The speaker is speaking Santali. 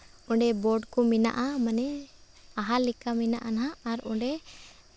ᱚᱸᱰᱮ ᱵᱳᱴ ᱠᱚ ᱢᱮᱱᱟᱜᱼᱟ ᱢᱟᱱᱮ ᱟᱦᱟᱨ ᱞᱮᱠᱟ ᱢᱮᱱᱟᱜᱼᱟ ᱱᱟᱜ ᱟᱨ ᱚᱸᱰᱮ